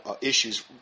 issues